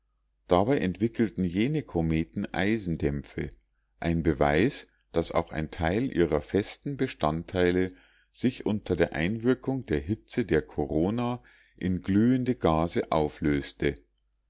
dabei entwickelten jene kometen eisendämpfe ein beweis daß auch ein teil ihrer festen bestandteile sich unter der einwirkung der hitze der korona in glühende gase auflöste